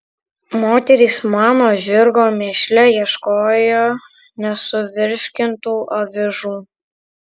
moterys mano žirgo mėšle ieškojo nesuvirškintų avižų